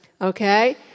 Okay